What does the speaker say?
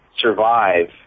survive